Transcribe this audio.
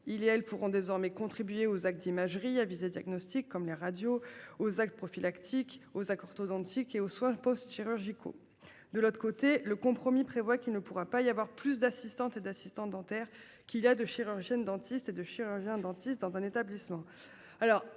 il et elles pourront désormais contribuer aux actes d'imagerie à visée diagnostic comme les radios aux actes prophylactique aux accords aux et au soir post-chirurgicaux. De l'autre côté le compromis prévoit qu'il ne pourra pas y avoir plus d'assistantes et d'assistante dentaire qu'il y a 2 chirurgienne dentiste et de chirurgiens dentistes dans un établissement.